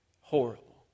Horrible